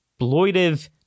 Exploitive